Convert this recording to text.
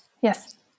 Yes